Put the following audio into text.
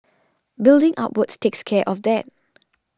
building upwards takes care of that